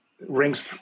rings